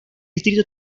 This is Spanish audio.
distrito